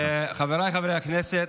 חבריי חברי הכנסת,